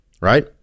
Right